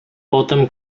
potem